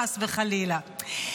חס וחלילה.